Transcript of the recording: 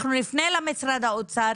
אנחנו נפנה למשרד האוצר,